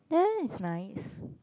that is nice